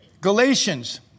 Galatians